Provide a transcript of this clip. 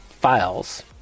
files